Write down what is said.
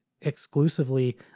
exclusively